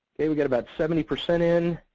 ok, we've got about seventy percent in.